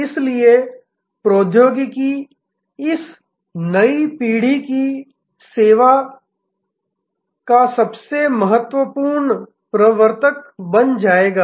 इसलिए प्रौद्योगिकी इस नई पीढ़ी की सेवा का सबसे महत्वपूर्ण प्रवर्तक बन जाएगा